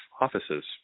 offices